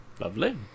Lovely